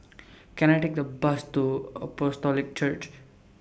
Can I Take A Bus to Apostolic Church